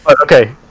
Okay